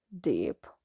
deep